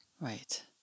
Right